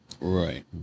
right